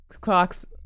clocks